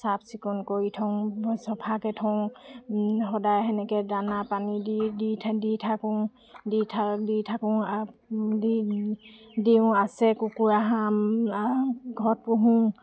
চাফ চিকুণ কৰি থওঁ মই চফাকৈ থওঁ সদায় সেনেকৈ দানা পানী দি দি থাকোঁ দি দি থাকোঁ দি দিওঁ আছে কুকুৰা হাঁহ ঘৰত পুহোঁ